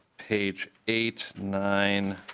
page eight nine